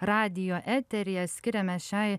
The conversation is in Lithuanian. radijo eteryje skiriame šiai